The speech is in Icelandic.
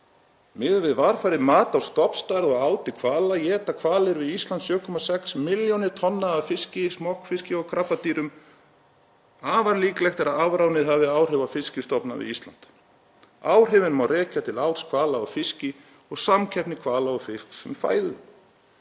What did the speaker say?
„Miðað við varfærið mat á stofnstærðum og áti hvala, éta hvalir við Ísland 7,6 milljónir tonna af fiski, smokkfiski og krabbadýrum. […] Afar líklegt er að afránið hafi áhrif á fiskistofna við Ísland. Áhrifin má bæði rekja til áts hvala á fiski og samkeppni hvala og fisks um fæðu.“